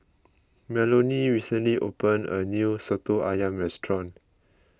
Melonie recently opened a new Soto Ayam restaurant